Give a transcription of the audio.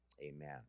Amen